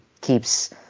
keeps